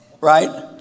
Right